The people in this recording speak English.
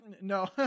No